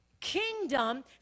kingdom